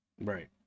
right